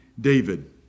David